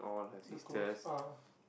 the clothes ah